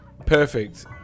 Perfect